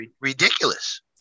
ridiculous